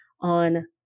on